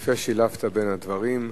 יפה שילבת בין הדברים.